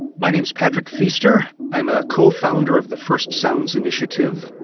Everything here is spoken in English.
and my name is patrick feaster, i'm a co-founder of the first sounds initiative,